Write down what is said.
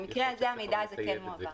במקרה הזה המידע כן מועבר.